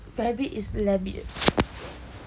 rabbit is labbit ah